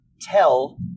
tell